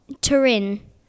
Turin